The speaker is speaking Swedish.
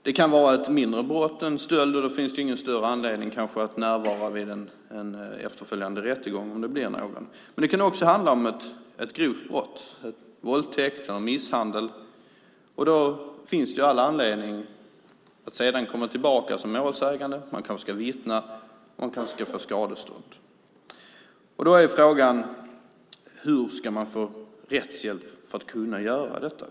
Det kan vara ett mindre brott, som stöld, och då finns det kanske ingen större anledning att närvara vid en efterföljande rättegång om det blir någon. Men det kan också handla om ett grovt brott, som våldtäkt eller misshandel, och då finns det all anledning att komma tillbaka som målsägande, då man kanske ska vittna eller få skadestånd. Då är frågan: Hur ska man få rättshjälp för att kunna göra detta?